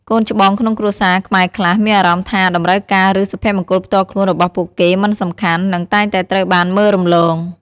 កូនច្បងក្នុងគ្រួសារខ្មែរខ្លះមានអារម្មណ៍ថា តម្រូវការ ឬ សុភមង្គលផ្ទាល់ខ្លួនរបស់ពួកគេមិនសំខាន់ និងតែងតែត្រូវបានមើលរំលង។